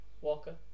Walker